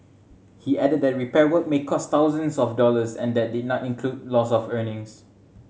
he added that repair work may cost thousands of dollars and that did not include loss of earnings